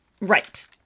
Right